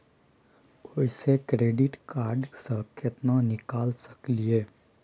ओयसे credit card से केतना निकाल सकलियै?